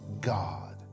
God